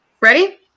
Ready